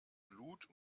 glut